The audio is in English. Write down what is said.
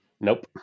Nope